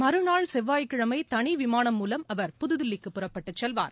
மறுநாள் செவ்வாய்கிழமை தனிவிமானம் மூலம் அவர் புதுதில்லிக்கு பறப்பட்டு செல்வார்